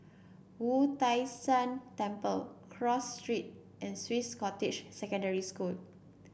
Wu Tai Shan Temple Cross Street and Swiss Cottage Secondary School